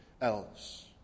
else